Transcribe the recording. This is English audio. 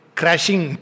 crashing